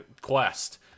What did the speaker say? Quest